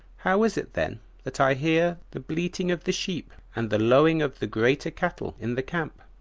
how is it then that i hear the bleating of the sheep and the lowing of the greater cattle in the camp?